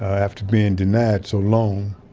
after being denied so long,